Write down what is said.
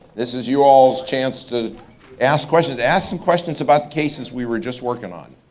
this is you all's chance to ask questions. ask some questions about the cases we were just working on.